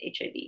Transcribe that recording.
HIV